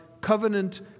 covenant